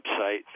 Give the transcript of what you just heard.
website